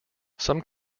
some